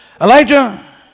Elijah